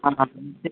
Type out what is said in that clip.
ಹಾಂ ಹಾಂ